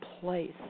place